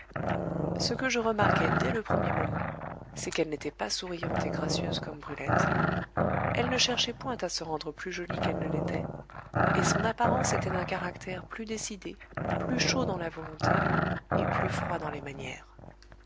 ce que je remarquai dès le premier moment c'est qu'elle n'était pas souriante et gracieuse comme brulette elle ne cherchait point à se rendre plus jolie qu'elle ne l'était et son apparence était d'un caractère plus décidé plus chaud dans la volonté et plus froid dans les manières